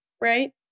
Right